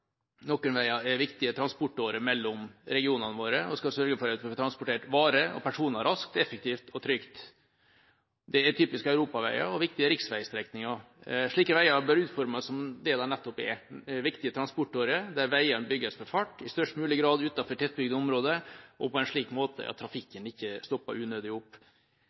Noen veier er viktige transportårer mellom regionene våre og skal sørge for at vi får transportert varer og personer raskt, effektivt og trygt. Det er typisk europaveier og viktige riksveistrekninger. Slike veier bør utformes som det de nettopp er, viktige transportårer der veiene bygges for fart i størst mulig grad utenfor tettbygde områder og på en slik måte at trafikken ikke stopper unødig opp.